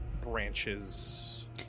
branches